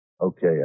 Okay